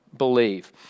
believe